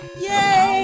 Yay